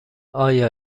آیا